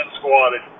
squatted